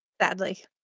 Sadly